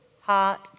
Heart